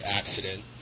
accident